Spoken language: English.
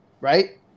right